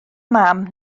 mam